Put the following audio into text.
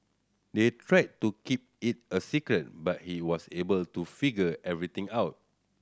they tried to keep it a secret but he was able to figure everything out